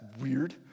weird